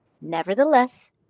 Nevertheless